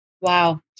wow